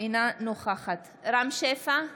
אינה נוכחת רם שפע,